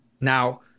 Now